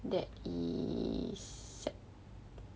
that is sep